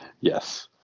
Yes